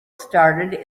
started